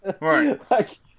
Right